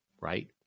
right